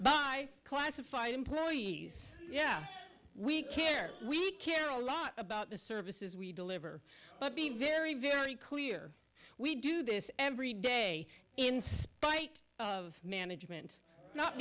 by classifying employees yeah we care we can a lot about the services we deliver but be very very clear we do this every day in spite of management not